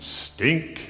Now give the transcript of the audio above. stink